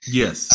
yes